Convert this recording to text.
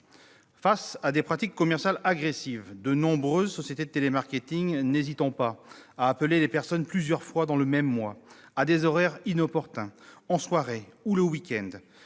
Face à ces pratiques commerciales agressives, de nombreuses sociétés de télémarketing n'hésitant pas à appeler les personnes plusieurs fois dans le même mois, à des horaires inopportuns, en soirée ou le week-end,